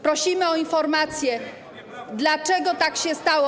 Prosimy o informację, dlaczego tak się stało.